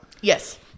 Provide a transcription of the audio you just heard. Yes